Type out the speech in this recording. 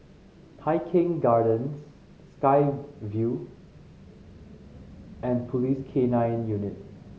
Tai Keng Gardens Sky Vue and Police K Nine Unit